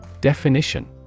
Definition